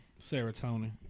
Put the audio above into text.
Serotonin